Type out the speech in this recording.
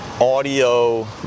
audio